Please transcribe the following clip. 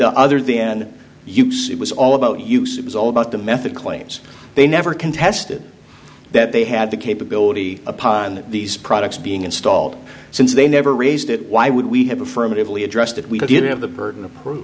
the other the n use it was all about use it was all about the method claims they never contested that they had the capability upon these products being installed since they never raised it why would we have affirmatively addressed that we didn't have the burden of proof